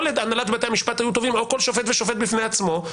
או הנהלת בתי המשפט היו תובעים או כל שופט ושופט בפני עצמו,